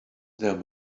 there